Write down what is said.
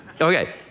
Okay